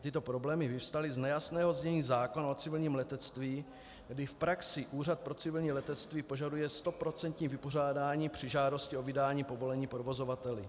Tyto problémy vyvstaly z nejasného znění zákona o civilním letectví, kdy v praxi Úřad pro civilní letectví požaduje stoprocentní vypořádání při žádosti o vydání povolení provozovateli.